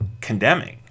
condemning